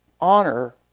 Honor